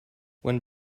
when